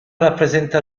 rappresenta